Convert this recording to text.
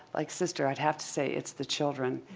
like sister, i'd have to say it's the children.